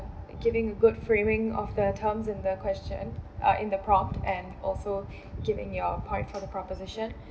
giving a good framing of the terms in the question uh in the prompt and also giving your part for the proposition